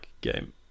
game